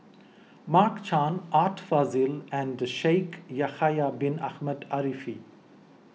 Mark Chan Art Fazil and Shaikh Yahya Bin Ahmed Afifi